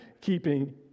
keeping